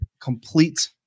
complete